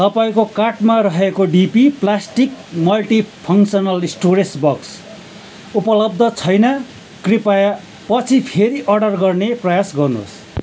तपाईँको कार्टमा रहेको DP plastic multifunctional storage box उपलब्ध छैन कृपया पछि फेरि अर्डर गर्ने प्रयास गर्नुहोस्